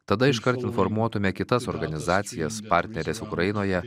tada iškart informuotume kitas organizacijas partneres ukrainoje